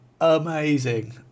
amazing